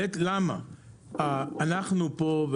אנחנו פה,